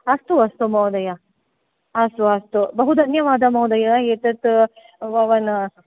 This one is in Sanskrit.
अस्तु अस्तु महोदय अस्तु अस्तु बहु धन्यवादः महोदय एतत् भवान्